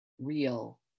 real